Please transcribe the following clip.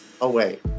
away